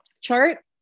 chart